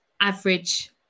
average